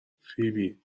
فیبی